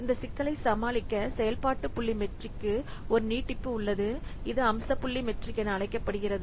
இந்த சிக்கலை சமாளிக்க செயல்பாட்டு புள்ளி மெட்ரிக்குக்கு ஒரு நீட்டிப்பு உள்ளது இது அம்ச புள்ளி மெட்ரிக் என அழைக்கப்படுகிறது